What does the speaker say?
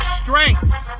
strengths